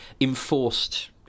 enforced